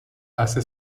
hace